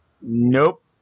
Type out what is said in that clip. Nope